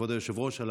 כבוד היושב-ראש,